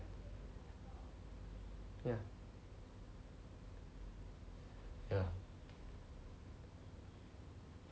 ya ya